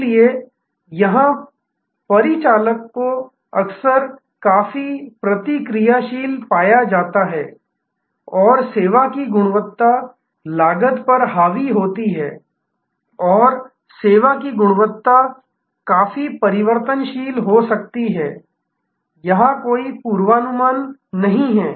इसलिए यहां परिचालन को अक्सर काफी प्रतिक्रियाशील पाया जाता है और सेवा की गुणवत्ता लागत पर हावी होती है और सेवा की गुणवत्ता काफी परिवर्तनशील हो सकती है यहां कोई पूर्वानुमान नहीं है